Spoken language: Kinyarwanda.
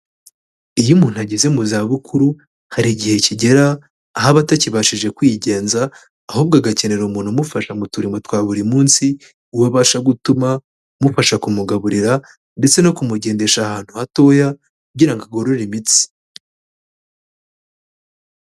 Iyo umuntu ageze mu zabukuru hari igihe kigera aha aba atakibashije kwigenza ahubwo agakenera umuntu umufasha mu turimo twa buri munsi, uwo abasha gutuma, umufasha kumugaburira ndetse no kumugendesha ahantu hatoya kugira ngo agorore imitsi.